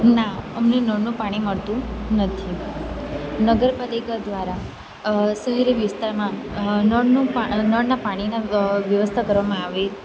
ના અમને નળનું પાણી મળતું નથી નગરપાલિકા દ્વારા શહેરી વિસ્તારમાં નળનું નળનાં પાણીનાં વ્યવસ્થા કરવામાં આવે